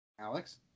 Alex